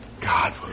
God